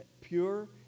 pure